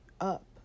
up